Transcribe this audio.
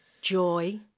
joy